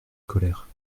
colère